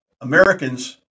Americans